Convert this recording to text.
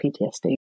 PTSD